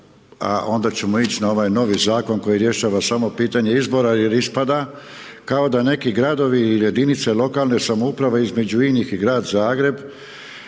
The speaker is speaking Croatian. a onda ćemo ići na ovaj novi zakon koji rješava samo pitanje izbora jer ispada kao da neki gradovi ili jedinice lokalne samouprave između inih i grad Zagreb